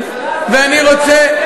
ואני רוצה,